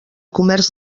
comerç